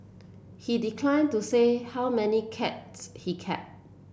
he declined to say how many cats he kept